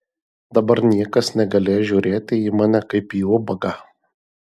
dabar niekas negalės žiūrėti į mane kaip į ubagą